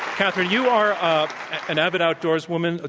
katherine, you are an avid outdoors woman. ah